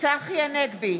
צחי הנגבי,